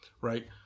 right